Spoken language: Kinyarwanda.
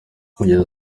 kugeza